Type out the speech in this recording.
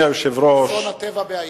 אסון הטבע בהאיטי.